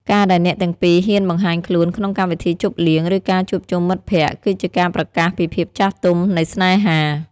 ការដែលអ្នកទាំងពីរហ៊ានបង្ហាញខ្លួនក្នុងកម្មវិធីជប់លៀង ឬការជួបជុំមិត្តភក្ដិ គឺជាការប្រកាសពីភាពចាស់ទុំនៃស្នេហា។